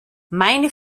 meine